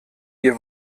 ihr